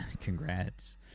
Congrats